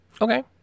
Okay